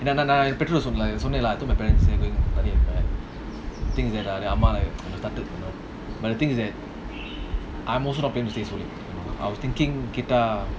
என்னனாநான்சொன்னேன்ல:ennanaa nan sonnenla I told my parents say I'm going ahead and back the thing is that அம்மாதத்தெடுக்கணும்:amma thathedukanum I started to know but the thing is that I'm also not paying to I was thinking